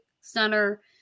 center